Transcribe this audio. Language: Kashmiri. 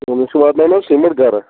یہِ چھُ واتناوُن حظ سیٖمینٛٹ گَرٕ